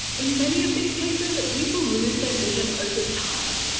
in many of these cases, people lose their vision over time.